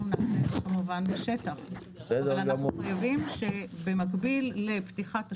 אנחנו נעשה כמובן בשטח אבל אנחנו חייבים שבמקביל לפתיחת השוק,